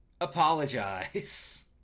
apologize